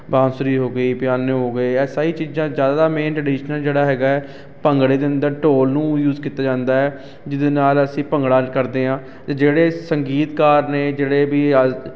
ਬਾਂਸੁਰੀ ਹੋ ਗਈ ਪਿਆਨੋ ਹੋ ਗਏ ਹੈ ਸਾਰੀ ਚੀਜ਼ਾਂ ਜ਼ਿਆਦਾ ਮੇਨ ਟਰਡੀਸ਼ਨਲ ਜਿਹੜਾ ਹੈਗਾ ਹੈ ਭੰਗੜੇ ਦੇ ਅੰਦਰ ਢੋਲ ਨੂੰ ਯੂਜ ਕੀਤਾ ਜਾਂਦਾ ਹੈ ਜਿਹਦੇ ਨਾਲ ਅਸੀਂ ਭੰਗੜਾ ਕਰਦੇ ਹਾਂ ਅਤੇ ਜਿਹੜੇ ਸੰਗੀਤਕਾਰ ਨੇ ਜਿਹੜੇ ਵੀ ਅੱਜ